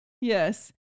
yes